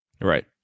right